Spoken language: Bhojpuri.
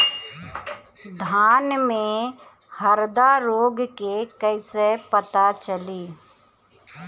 धान में हरदा रोग के कैसे पता चली?